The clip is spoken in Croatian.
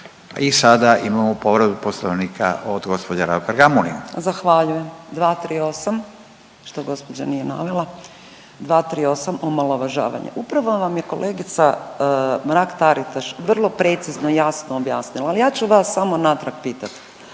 I sada imamo povredu Poslovnika od gospođe Raukar-Gamulin. **Raukar-Gamulin, Urša (Možemo!)** Zahvaljujem. 238. što gospođa nije navela, 238. omalovažavanje. Upravo vam je kolegica Mrak-Taritaš vrlo precizno, jasno objasnila ali ja ću vas samo natrag pitati.